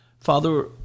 Father